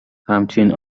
همچین